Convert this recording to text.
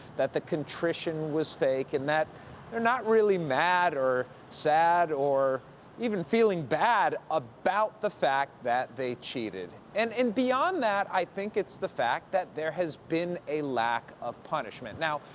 that the contrition was fake, and that they're not really mad or sad or even feeling bad about the fact that they cheated. and, and beyond that, i think it's the fact that there has been a lack of punishment. now,